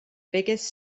biggest